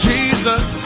Jesus